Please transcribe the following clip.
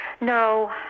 No